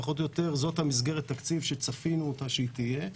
פחות או יותר זאת מסגרת התקציב שצפינו שהיא תהיה,